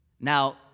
Now